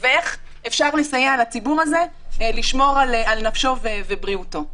ואיך אפשר לסייע לציבור הזה לשמור על נפשו ועל בריאותו.